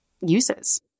uses